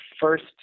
first